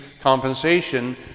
compensation